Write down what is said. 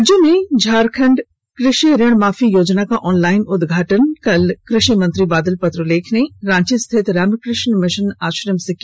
राज्य में झारखंड कृषि ऋण माफी योजना का ऑनलाइन उदघाटन कल कृषि मंत्री बादल पत्रलेख ने रांची स्थित रामकृष्ण मिशन आश्रम से की